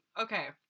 okay